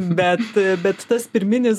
bet bet tas pirminis